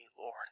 Lord